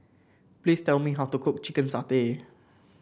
please tell me how to cook Chicken Satay